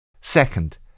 Second